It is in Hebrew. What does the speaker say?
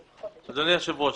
אדוני היושב ראש,